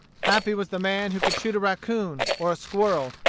happy was the man who could shoot a raccoon or a squirrel,